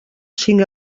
cinc